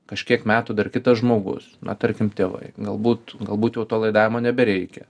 kažkiek metų dar kitas žmogus na tarkim tėvai galbūt galbūt jau to laidavimo nebereikia